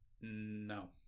No